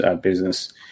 business